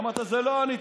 אמרת: זה לא אני,